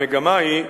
המגמה היא,